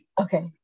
okay